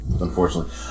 unfortunately